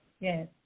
yes